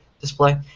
display